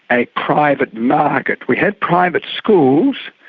a private market. we had private schools,